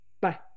bye